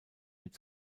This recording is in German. mit